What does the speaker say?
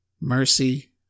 mercy